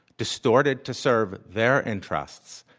distorted to serve their interests,